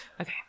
Okay